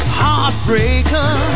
heartbreaker